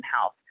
health